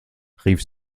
rief